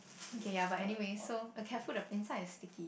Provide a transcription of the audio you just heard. okay ya but anyway so oh careful the inside is sticky